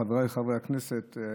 חבריי חברי הכנסת,